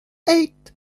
eight